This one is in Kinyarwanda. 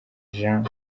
jean